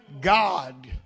God